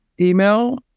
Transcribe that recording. Email